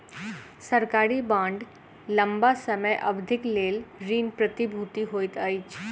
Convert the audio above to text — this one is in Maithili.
सरकारी बांड लम्बा समय अवधिक लेल ऋण प्रतिभूति होइत अछि